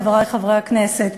חברי חברי הכנסת.